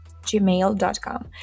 gmail.com